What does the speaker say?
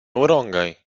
urągaj